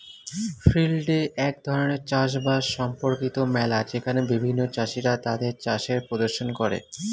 field day এক ধরণের চাষ বাস সম্পর্কিত মেলা যেখানে বিভিন্ন চাষীরা তাদের চাষের প্রদর্শন করে